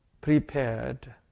prepared